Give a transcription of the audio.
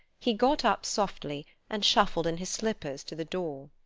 he got up softly and shuffled in his slippers to the door.